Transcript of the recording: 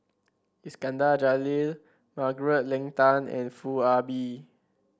Iskandar Jalil Margaret Leng Tan and Foo Ah Bee